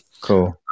Cool